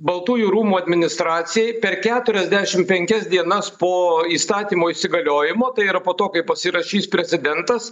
baltųjų rūmų administracijai per keturiasdešim penkias dienas po įstatymo įsigaliojimo tai yra po to kai pasirašys prezidentas